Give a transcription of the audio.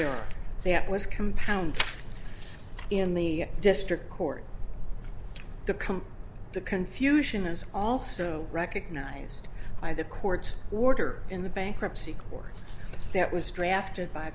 first that was compound in the district court to come the confusion is also recognized by the court order in the bankruptcy court that was drafted by